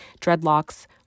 dreadlocks